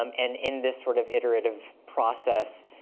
um and in this sort of iterative process,